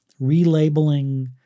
relabeling